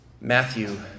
Matthew